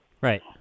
Right